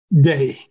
day